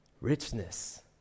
richness